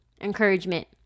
Encouragement